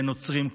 לנוצרים.